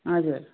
हजुर